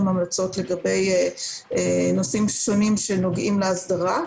המלצות לגבי נושאים שנוגעים להסדרה.